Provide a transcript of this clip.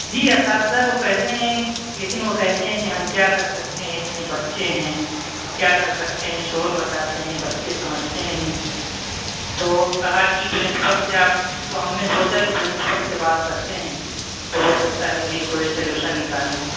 جی اساتذہ کو کہتے ہیں لیکن وہ کہتے ہیں کہ ہم کیا کر سکتے ہیں اتنے بچے ہیں کیا کر سکتے ہیں شور مچاتے ہیں بچے سمجھتے نہیں ہیں تو کہا کہ پرنسپل سے آپ تو ہم نے سوچا کہ پرنسپل سے بات کرتے ہیں تو ہو سکتا ہے وہی کوئی سلیوشن نکالیں گے